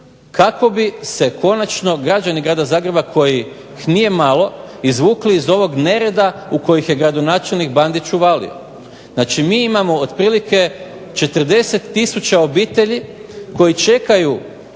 kako bi se konačno građani Grada Zagreba kojih nije malo izvukli iz ovoga nereda u koji ih je gradonačelnik BAndić uvalio. Mi imamo otprilike 40 tisuća obitelji koji čekaju